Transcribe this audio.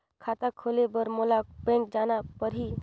खाता खोले बर मोला बैंक जाना परही?